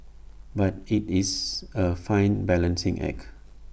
but IT is A fine balancing act